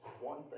one